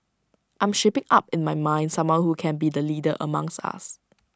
I am shaping up in my mind someone who can be the leader amongst us